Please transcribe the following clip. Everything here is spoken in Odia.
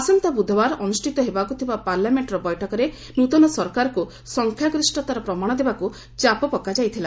ଆସନ୍ତା ବୁଧବାର ଅନୁଷ୍ଠିତ ହେବାକୁ ଥିବା ପାର୍ଲାମେଣ୍ଟର ବୈଠକରେ ନୃତନ ସରକାରକୁ ସଂଖ୍ୟାଗରିଷତାର ପ୍ରମାଣ ଦେବାକୁ ଚାପ ପକାଯାଇଥିଲା